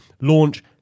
launch